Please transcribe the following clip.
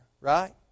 right